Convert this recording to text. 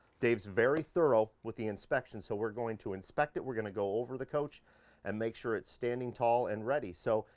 dave's very thorough with the inspection. so we're going to inspect it, we're gonna go over the coach and make sure it's standing tall and ready. so,